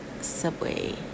Subway